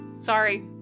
Sorry